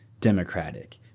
Democratic